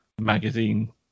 magazine